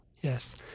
Yes